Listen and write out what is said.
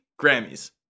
Grammys